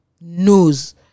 knows